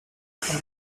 from